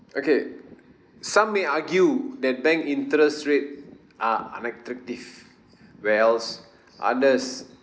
okay some may argue that bank interest rate are unattractive where else others